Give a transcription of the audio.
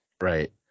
Right